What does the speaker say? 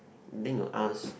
then you ask